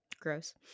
Gross